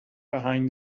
behind